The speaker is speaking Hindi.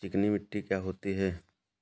चिकनी मिट्टी क्या होती है?